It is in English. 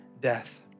death